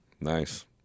Nice